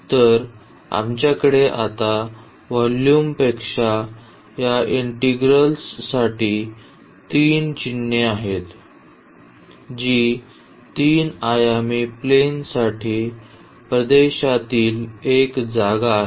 तर आपल्याकडे आता त्या व्हॉल्युमपेक्षा या इंटिग्रल्स साठी तीन चिन्हे आहेत जी तीन आयामी प्लेनातील प्रदेशातील एक जागा आहे